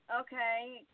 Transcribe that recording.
Okay